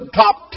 top